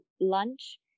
lunch